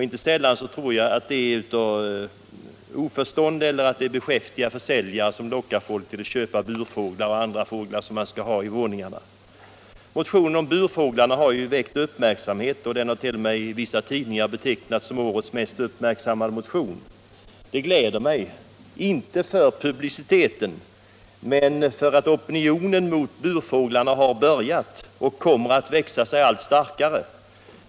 Inte sällan tror jag att människor också skaffar sådana djur i rent oförstånd eller därför att beskäftiga försäljare lockar dem att köpa burfåglar eller andra fåglar för att ha dem i sina våningar. Motionen om burfåglarna har väckt uppmärksamhet — den har i vissa tidningar t.o.m. betecknats som årets mest uppmärksammade motion. Det gläder mig, inte för publiciteten, men därför att opinionen mot burfågelsfångenskapen har börjat och kommer att växa sig allt starkare.